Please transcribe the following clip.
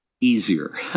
easier